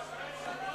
חבר הכנסת נסים זאב.